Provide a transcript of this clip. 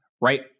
right